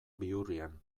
bihurrian